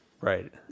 Right